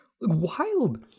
Wild